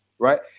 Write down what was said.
right